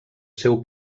seu